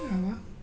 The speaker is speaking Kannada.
ಯಾವ